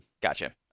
gotcha